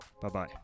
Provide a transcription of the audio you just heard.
Bye-bye